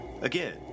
Again